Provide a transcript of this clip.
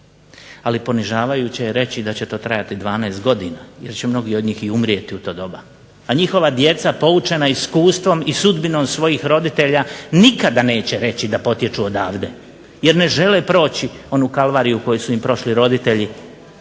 Ali ponižavajuće je reći da će to trajati 12 godina jer će mnogi od njih i umrijeti u to doba, a njihova djeca poučena iskustvom i sudbinom svojih roditelja nikada neće reći da potječu odavde jer ne žele proći onu kalvariju koju su im prošli roditelji